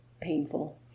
painful